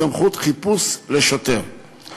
סמכות חיפוש לשוטר לשם מניעת אלימות),